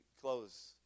close